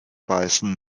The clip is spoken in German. beißen